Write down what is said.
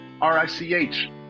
R-I-C-H